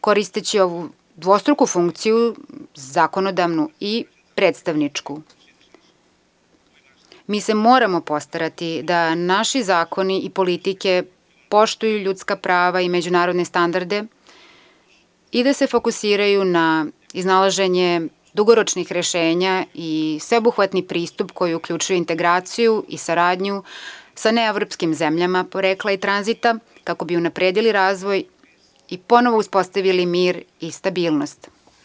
Koristeći ovu dvostruku funkciju, zakonodavnu i predstavničku, mi se moramo postarati da naši zakoni i politike poštuju ljudska prava i međunarodne standarde i da se fokusiraju na iznalaženje dugoročnih rešenja i sveobuhvatni pristup koji uključuje integraciju i saradnju sa neevropskim zemljama porekla i tranzita, kako bi unapredili razvoj i ponovo uspostavili mir i stabilnost.